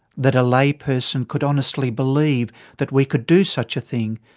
that a lay person could honestly believe that we could do such a thing,